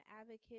advocate